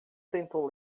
tentou